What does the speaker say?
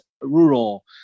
rural